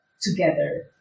together